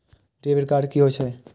Debit card की होय छेय?